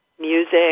music